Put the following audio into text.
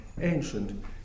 ancient